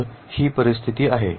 तर ही परिस्थिती आहे